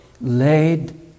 laid